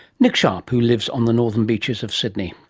nick sharp who lives on the northern beaches of sydney.